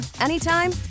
anytime